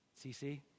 CC